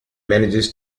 manages